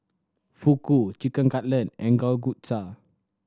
Fugu Chicken Cutlet and Kalguksu